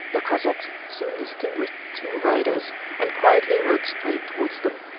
the cossacks soon distinguished two riders and quietly rode straight towards them.